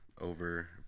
Over